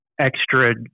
extra